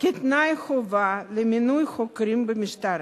כתנאי חובה למינוי חוקרים במשטרה.